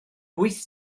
wyth